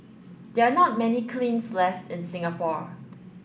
there are not many kilns left in Singapore